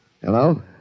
Hello